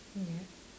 yes